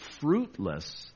fruitless